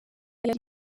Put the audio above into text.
yari